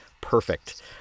perfect